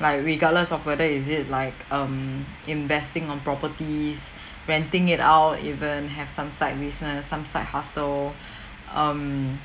like regardless of whether is it like um investing on properties renting it out even have some side business some side hustle um